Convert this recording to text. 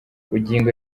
bugingo